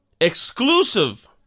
exclusive